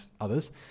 others